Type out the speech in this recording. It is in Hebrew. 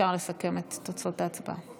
אפשר לסכם את תוצאות ההצבעה.